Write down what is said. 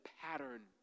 pattern